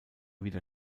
wieder